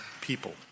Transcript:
people